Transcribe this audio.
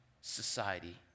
society